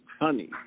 honey